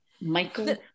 Michael